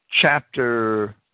chapter